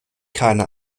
keine